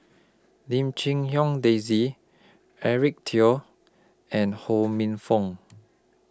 Lim Chim Hong Daisy Eric Teo and Ho Minfong